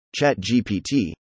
ChatGPT